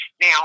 Now